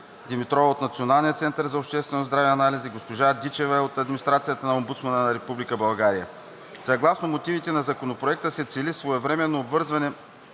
Димитрова от Националния център за обществено здраве и анализи, госпожа Т. Дичева от администрацията на Омбудсмана на Република България. Съгласно мотивите на Законопроекта се цели своевременно обвързване